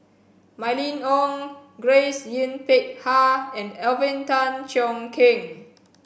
Mylene Ong Grace Yin Peck Ha and Alvin Tan Cheong Kheng